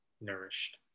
nourished